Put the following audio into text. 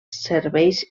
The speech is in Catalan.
serveis